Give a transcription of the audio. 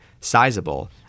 sizable